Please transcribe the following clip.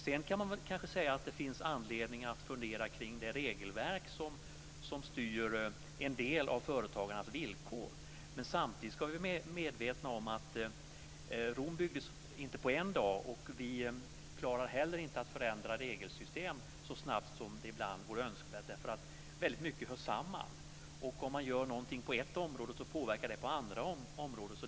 Man kan kanske säga att det finns anledning att fundera kring det regelverk som styr en del av företagarnas villkor. Men samtidigt ska vi vara medvetna om att Rom inte byggdes på en dag. Vi klarar heller inte av att ändra regelsystem så snabbt som ibland vore önskvärt därför att väldigt mycket hör samman. Om man gör något på ett område påverkar det på andra områden.